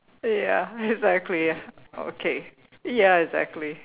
ya exactly ya okay ya exactly